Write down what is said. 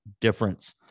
difference